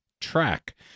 track